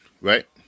right